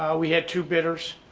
we had two bidders